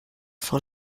fall